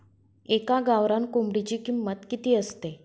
एका गावरान कोंबडीची किंमत किती असते?